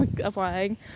applying